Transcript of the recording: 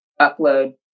upload